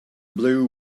blue